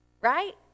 right